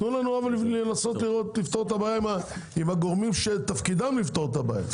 אבל תנו לנו לנסות לפתור את הבעיה עם הגורמים שתפקידם לפתור את הבעיה,